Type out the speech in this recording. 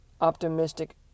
optimistic